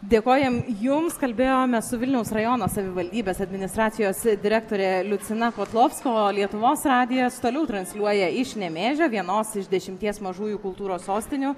dėkojam jums kalbėjome su vilniaus rajono savivaldybės administracijos direktore liucina kotlovska o lietuvos radijas toliau transliuoja iš nemėžio vienos iš dešimties mažųjų kultūros sostinių